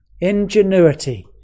ingenuity